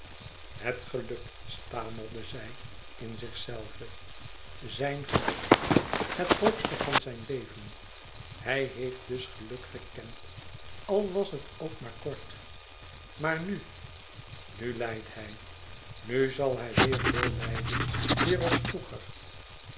het geluk stamelde zij in zichzelve zijn geluk het hoogste van zijn leven hij heeft dus geluk gekend al was het ook maar kort maar nu nu lijdt hij nu zal hij weêr veel lijden weêr als vroeger